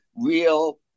real